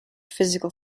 physical